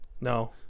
No